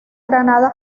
granada